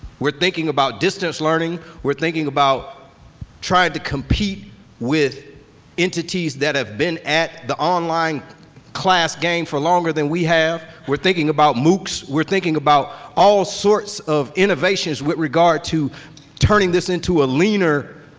we're thinking about distance learning. we're thinking about trying to compete with entities that have been at the online class game for longer than we have. we're thinking about mooks. we're thinking about all sorts of innovations with regard to turning this into a leaner,